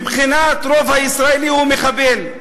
מבחינת הרוב הישראלי הוא מחבל.